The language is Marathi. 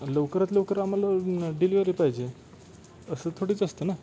लवकरात लवकर आम्हाला डिलेवरी पाहिजे असं थोडीच असतं ना